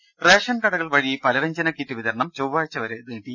രുമ റേഷൻ കടകൾ വഴി പലവ്യഞ്ജന കിറ്റ് വിതരണം ചൊവ്വാഴ്ച വരെ നീട്ടി